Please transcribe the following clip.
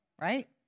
right